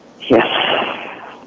Yes